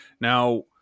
Now